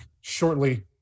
shortly